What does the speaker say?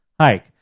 hike